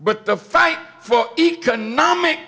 but the fight for economic